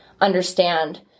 understand